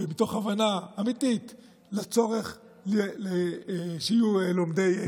מתוך הבנה אמיתית לצורך שיהיו לומדי ישיבות.